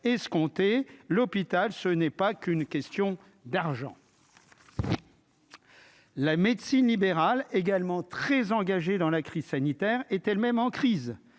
se compter l'hôpital ce n'est pas qu'une question d'argent. La médecine libérale, également très engagé dans la crise sanitaire est elle-même en crise,